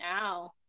now